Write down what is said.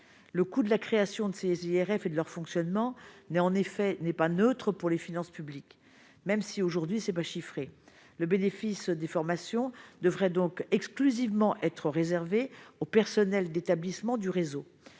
le coût de la création de six IRF et de leur fonctionnement n'est en effet n'est pas neutre pour les finances publiques, même si aujourd'hui c'est pas chiffré le bénéfice des formations devraient donc exclusivement être réservé au personnel d'établissements du réseau